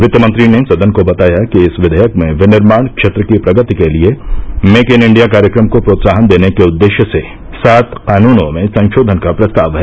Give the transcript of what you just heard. वित्तमंत्री ने सदन को बताया कि इस विधेयक में विनिर्माण क्षेत्र की प्रगति के लिए मेक इन इंडिया कार्यक्रम को प्रोत्साहन देने के उद्देश्य से सात कानूनों में संशोधन का प्रस्ताव है